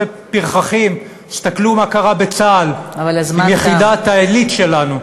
זה פרחחים תסכלו מה קרה בצה"ל עם יחידת העילית שלנו,